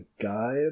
guide